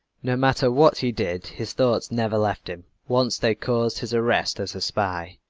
no matter what he did, his thoughts never left him. once they caused his arrest as a spy.